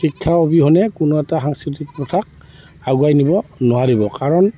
শিক্ষা অবিহনে কোনো এটা সাংস্কৃতিক প্ৰথাক আগুৱাই নিব নোৱাৰিব কাৰণ